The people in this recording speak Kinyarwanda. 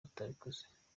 batabikoze